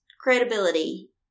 credibility